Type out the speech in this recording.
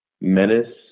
menace